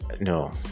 No